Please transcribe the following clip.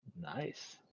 Nice